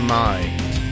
mind